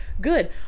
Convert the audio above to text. Good